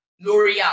l'oreal